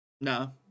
No